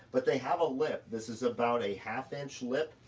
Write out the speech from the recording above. but they have a lip, this is about a half-inch lip,